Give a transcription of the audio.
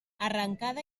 arrancada